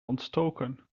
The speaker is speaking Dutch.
ontstoken